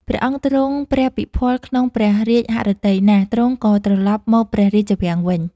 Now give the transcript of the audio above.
ព្រះអង្គទ្រង់ព្រះពិភាល់ក្នុងព្រះរាជហឫទ័យណាស់ ទ្រង់ក៏ត្រឡប់មកព្រះរាជវាំងវិញ។